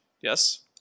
Yes